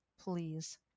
Please